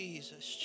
Jesus